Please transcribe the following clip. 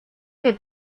que